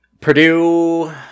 Purdue